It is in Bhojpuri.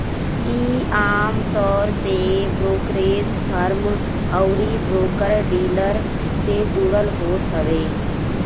इ आमतौर पे ब्रोकरेज फर्म अउरी ब्रोकर डीलर से जुड़ल होत हवे